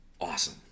awesome